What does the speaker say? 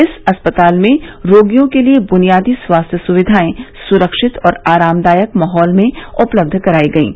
इस अस्पताल में रोगियों के लिए बुनियादी स्वास्थ्य सुविधाएं सुरक्षित और आरामदायक माहौल में उपलब्ध कराई गई हैं